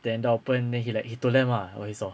then door open then he like he told them ah what he saw